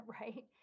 right